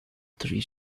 three